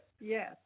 Yes